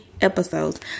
episodes